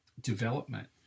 development